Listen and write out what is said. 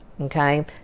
okay